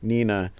Nina